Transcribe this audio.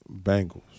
Bengals